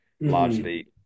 largely